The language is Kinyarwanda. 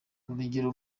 urugero